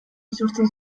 isurtzen